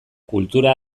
kultura